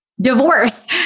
divorce